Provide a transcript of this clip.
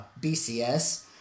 BCS